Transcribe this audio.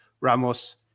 Ramos